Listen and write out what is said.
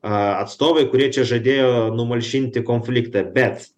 a atstovai kurie čia žadėjo numalšinti konfliktą bet